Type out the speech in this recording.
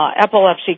epilepsy